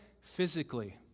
physically